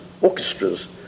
orchestras